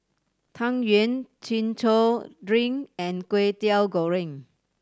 Tang Yuen Chin Chow drink and Kway Teow Goreng